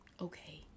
Okay